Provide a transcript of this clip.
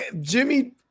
Jimmy